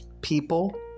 people